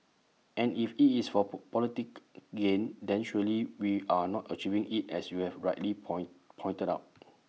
and if IT is for poor politic gain then surely we are not achieving IT as you have rightly point pointed out